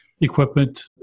equipment